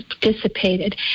dissipated